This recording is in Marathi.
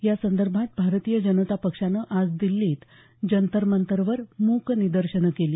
या संदर्भात भारतीय जनता पक्षानं आज दिल्लीत जंतरमंतरवर मूक निदर्शनं केली